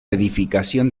edificación